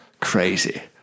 crazy